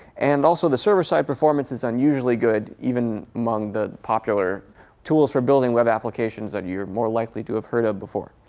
and also, the server side performance is unusually good, even among the popular tools for building web applications that you're more likely to have heard of before.